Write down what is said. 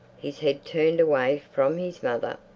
his head turned away from his mother.